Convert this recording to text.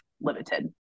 limited